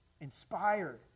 Inspired